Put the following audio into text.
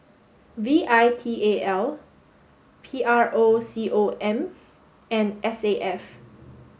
V I T A L P R O C O M and S A F